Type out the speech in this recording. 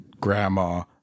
grandma